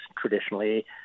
traditionally